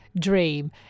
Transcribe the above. dream